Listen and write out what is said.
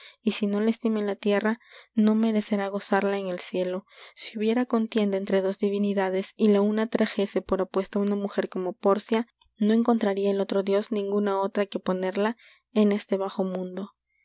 y si no la estima en la tierra no merecerá gozarla en el cielo si hubiera contienda entre dos divinidades y la una trajese por apuesta una mujer como pórcia no encontraria el otro dios ninguna otra que oponerla en este bajo mundo